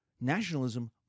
Nationalism